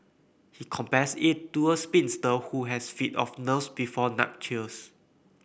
he compares it to a spinster who has fit of nerves before nuptials